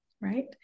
right